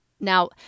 Now